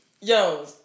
Yo